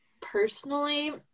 personally